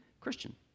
Christian